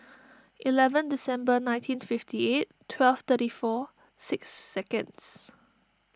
eleven December nineteen fifty eight twelve thirty four six seconds